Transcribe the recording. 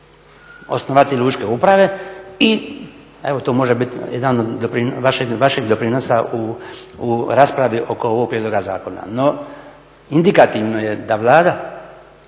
osnovati lučke uprave i evo to može biti jedan od vašeg doprinosa u raspravi oko ovog prijedloga zakona. No indikativno je da Vlada